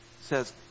says